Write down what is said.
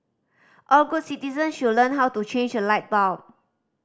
all good citizens should learn how to change a light bulb